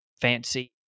fancy